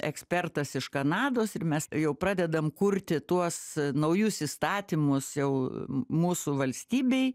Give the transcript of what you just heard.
ekspertas iš kanados ir mes jau pradedam kurti tuos naujus įstatymus jau mūsų valstybei